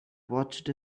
watched